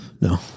No